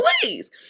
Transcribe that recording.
Please